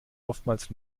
oftmals